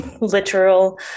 literal